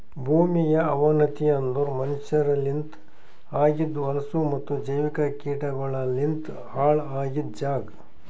ಭೂಮಿಯ ಅವನತಿ ಅಂದುರ್ ಮನಷ್ಯರಲಿಂತ್ ಆಗಿದ್ ಹೊಲಸು ಮತ್ತ ಜೈವಿಕ ಕೀಟಗೊಳಲಿಂತ್ ಹಾಳ್ ಆಗಿದ್ ಜಾಗ್